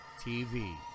TV